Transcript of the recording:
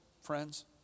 friends